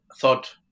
thought